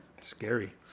scary